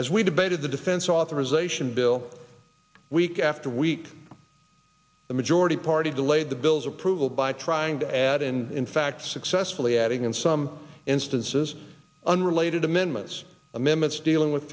debated the defense authorization bill week after week the majority party delayed the bill's approval by trying to add and in fact successfully adding in some instances unrelated amendments amendments dealing with